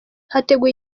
hateguwe